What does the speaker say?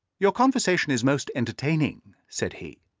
your conversation is most entertaining, said he.